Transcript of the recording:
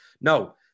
No